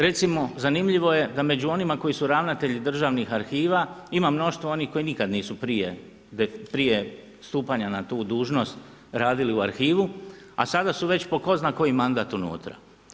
Recimo, zanimljivo je da među onima koji su ravnatelji držanih arhiva, ima mnoštvo onih koji nikad nisu prije, prije stupanja na tu dužnost radili u arhivu, a sada su već, po ko zna koji mandat unutra.